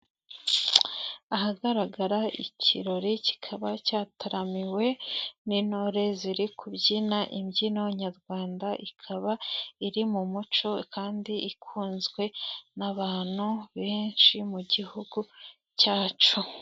Ahagaragara ikirori kikaba cyataramiwe n'intore ziri kubyina imbyino nyarwanda, ikaba iri mu muco kandi ikunzwe n'abantu benshi mu Gihugu cyacu.